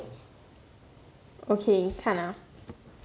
okay 你看 ah